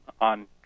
on